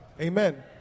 Amen